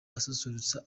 asusurutsa